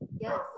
Yes